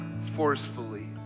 forcefully